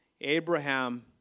Abraham